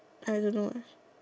I don't know leh